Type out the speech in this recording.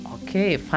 Okay